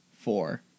four